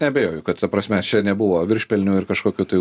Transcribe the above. neabejoju kad ta prasme čia nebuvo viršpelnių ir kažkokių tai